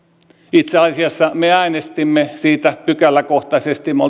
itse asiassa me äänestimme siitä pykäläkohtaisesti ja me